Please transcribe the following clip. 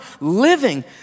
living